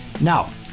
Now